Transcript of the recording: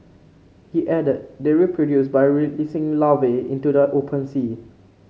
he added they reproduce by releasing larvae into the open sea